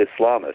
Islamists